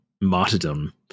martyrdom